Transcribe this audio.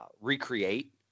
recreate